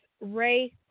Ray